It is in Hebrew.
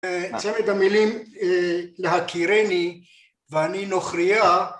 צמד המילים להכירני ואני נוכריה